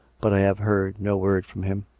but i have heard no word from him.